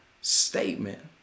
statement